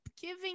giving